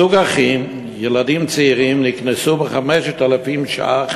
זוג אחים, ילדים צעירים, נקנסו ב-5,000 ש"ח